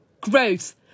gross